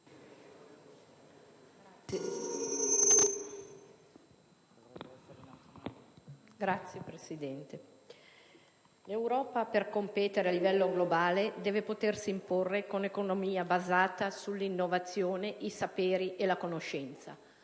Signora Presidente, l'Europa, per competere a livello globale, deve potersi imporre con un'economia basata sull'innovazione, i saperi e la conoscenza.